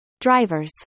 Drivers